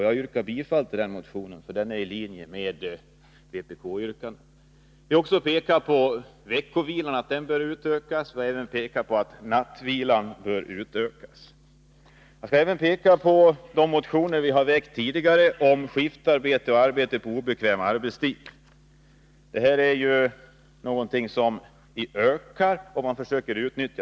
Jag yrkar bifall till den motionen, för den ligger i linje med vpk-yrkandet. Vi har vidare pekat på att veckovilan och nattvilan bör utökas. Vi har tidigare väckt motioner om skiftarbete och arbete på obekväm arbetstid. Det är företeelser som ökar i arbetslivet.